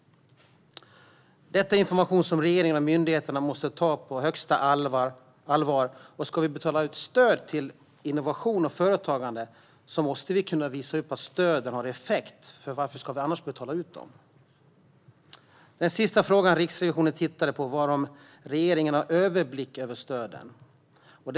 Detta är information som regeringen och myndigheterna måste ta på största allvar. Ska vi betala ut stöd till innovation och företagande måste vi kunna visa att stöden har effekt, för varför ska vi annars betala ut dem? Den sista frågan Riksrevisionen tittade på var om regeringen har en överblick över stöden.